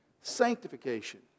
sanctification